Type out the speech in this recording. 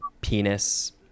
penis-